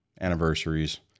anniversaries